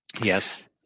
Yes